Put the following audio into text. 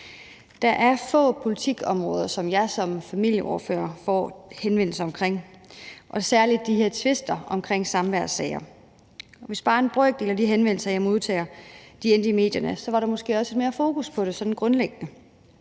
Der er få politikområder, som jeg som familieordfører får så mange henvendelser om som det her, og det er særlig om de her tvister omkring samværssager. Hvis bare en brøkdel af de henvendelser, jeg modtager, endte i medierne, var der måske også sådan grundlæggende